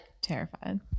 Terrified